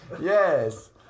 yes